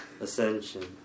Ascension